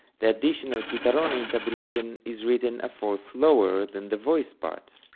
the additional chitarrone intabulation is written a fourth lower than the voice parts.